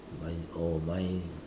my oh mine